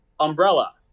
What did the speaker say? Umbrella